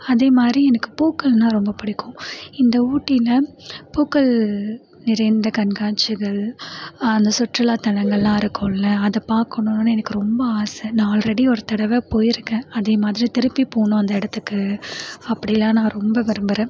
அதேமாதிரி எனக்கு பூக்கள்னால் ரொம்ப பிடிக்கும் இந்த ஊட்டியில பூக்கள் நிறைந்த கண்காட்சிகள் அந்த சுற்றுலாத்தலங்கள்லாம் இருக்கும்ல அதை பார்க்கணுன்னு எனக்கு ரொம்ப ஆசை நான் ஆல்ரெடி ஒரு தடவை போயிருக்கேன் அதே மாதிரி திருப்பி போகணும் அந்த இடத்துக்கு அப்படிலாம் நான் ரொம்ப விரும்புகிறேன்